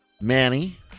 Manny